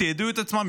תיעדו את עצמם,